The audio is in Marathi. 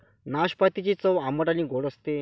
नाशपातीची चव आंबट आणि गोड असते